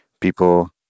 people